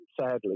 sadly